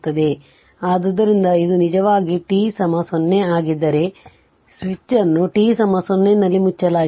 ಆದ್ದರಿಂದ ಇದು ನಿಜವಾಗಿ t 0 ಆಗಿದ್ದರೆ ಸ್ವಿಚ್ ಅನ್ನು t 0 ನಲ್ಲಿ ಮುಚ್ಚಲಾಗಿದೆ